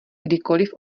kdykoliv